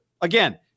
Again